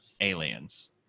aliens